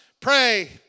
pray